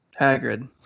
Hagrid